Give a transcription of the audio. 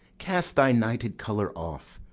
cast thy nighted colour off,